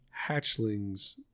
hatchlings